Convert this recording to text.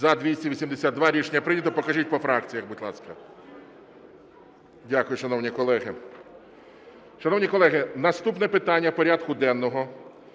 За-282 Рішення прийнято. Покажіть по фракціях, будь ласка. Дякую, шановні колеги. Шановні колеги, наступне питання порядку денного